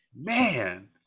Man